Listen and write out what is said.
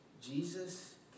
Jesus